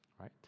Right